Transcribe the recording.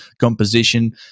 composition